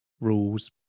rules